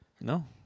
no